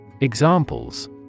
Examples